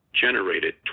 generated